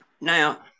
Now